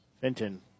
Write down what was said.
Fenton